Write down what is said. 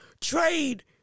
trade